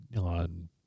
on